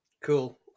Cool